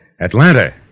Atlanta